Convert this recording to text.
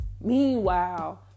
Meanwhile